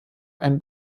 ein